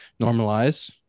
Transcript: normalize